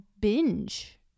binge